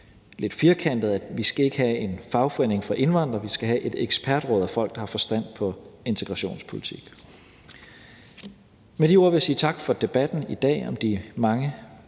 lidt firkantet, at vi ikke skal have en fagforening for indvandrere, vi skal have et ekspertråd af folk, der har forstand på integrationspolitik. Med de ord vil jeg sige tak for debatten i dag om de mange